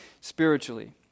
spiritually